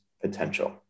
potential